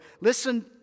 Listen